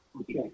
okay